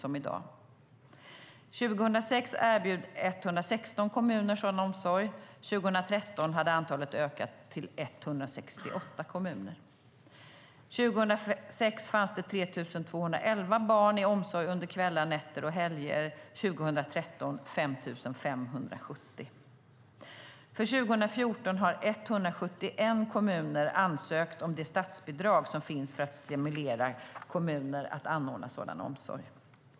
År 2006 erbjöd 116 kommuner sådan omsorg. År 2013 hade antalet ökat till 168 kommuner. År 2006 fanns det 3 211 barn i omsorg under kvällar, nätter och helger. År 2013 var det 5 570 barn. För 2014 har 171 kommuner ansökt om det statsbidrag som finns för att stimulera kommuner att anordna sådan omsorg.